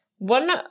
One